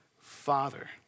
Father